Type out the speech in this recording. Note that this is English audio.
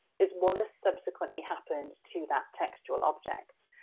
is what has subsequently happened to that textual object?